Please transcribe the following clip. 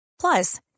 Plus